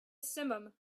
simum